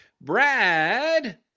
brad